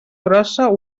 grossa